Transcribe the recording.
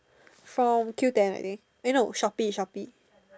from Q ten I think no Shoppe Shoppe